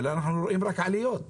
אבל אנחנו רואים רק עליות.